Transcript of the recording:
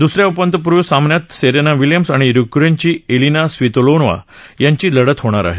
दुस या उपात्यंपूर्व सामन्यात सेरेना विल्यमस आणि युक्रेनची ऐलिना स्वितोलिना यांची लढत होणार आहे